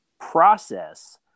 process